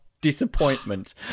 disappointment